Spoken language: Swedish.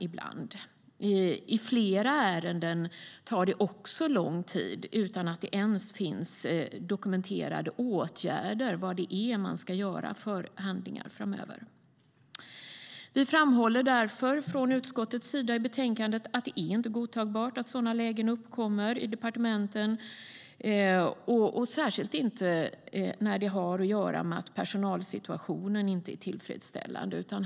I flera ärenden tar det också lång tid utan att det ens finns dokumenterade åtgärder som man ska vidta framöver. Vi från utskottet framhåller därför att det inte är godtagbart att sådana lägen uppkommer i departementen, särskilt inte när det har att göra med att personalsituationen inte är tillfredsställande.